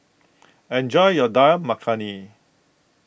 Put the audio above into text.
enjoy your Dal Makhani